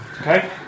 Okay